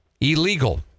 Illegal